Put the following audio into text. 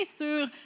sur